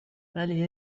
ولی